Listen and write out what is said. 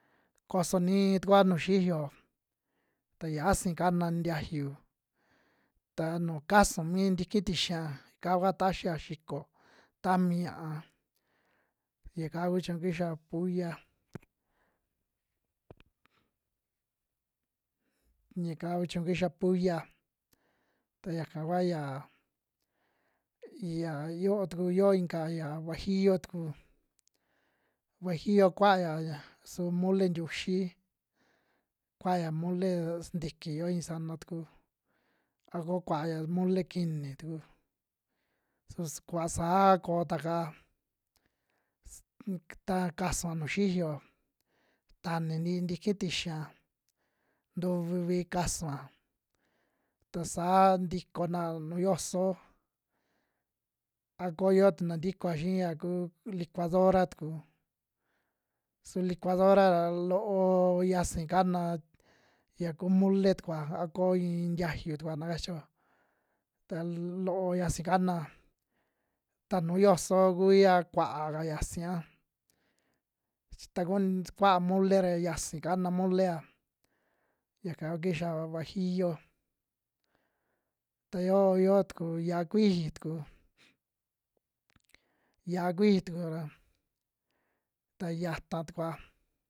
Koso nii tukua nuju xiyo, ta yasi kana ntiayu ta nu kasu mi ntiki tixia ka kua taxia xiko tami ña'a, yaka ku chiñu kixia pulla, yaka ku chiñu kixa pulla, ta yaka kua yaa yia yoo tuku inka ya guajillo tuku, guajillo kuaya ya su mole ntiuxi, kuaya mole sintiki yoo ii sana tuku, a ko kuaya mole kiini tuku su kuva saa koo tua'ka ss ta kasua nuju xiyo tanii ntii tiki tixia, ntuvivi kasua ta saa ntikona nuu yoso, a koo yoo tuna ntikoa xii ya ku licuadora tuku, su licuadora ra loo yiasi kana ya kuu mole tukua a koo iin tiayu tukua na kachio ta loo yiasi kanaa, ta nuu yoso kuya kua'ka yasia, chi takun su kuaa mole ra yasi kana mole'a yaka kua kixia guajillo. Ta yoo yo tuku yia'a kuiji tuku, yia'a kuiji tuku ra ta yata tukua.